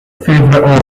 favourite